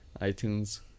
iTunes